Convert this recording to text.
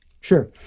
Sure